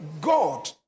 God